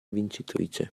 vincitrice